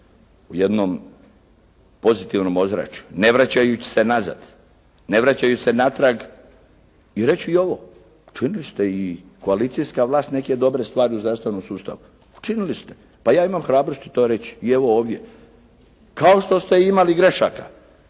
u jednom pozitivnom ozračju ne vračajući se nazad, ne vračajući se natrag i reći ću i ovo. Učinili ste i koalicijska vlast neke dobre stvari u zdravstvenom sustavu. Činili ste, pa ja imam hrabrosti to reći i evo ovdje, kao što ste imali grešaka,